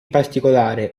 particolare